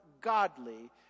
godly